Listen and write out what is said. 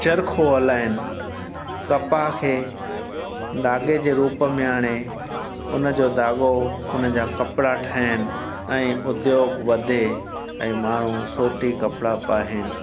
चरख़ो हलाइनि कपह खे धाॻे जे रूप में आणे उनजो धाॻो उनजा कपिड़ा ठाहिनि ऐं उद्ययोग वधे ऐं माण्हू सोटी कपिड़ा पाहिनि